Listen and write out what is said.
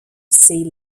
sea